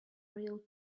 real